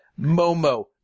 momo